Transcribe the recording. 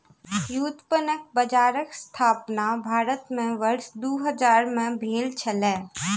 व्युत्पन्न बजारक स्थापना भारत में वर्ष दू हजार में भेल छलै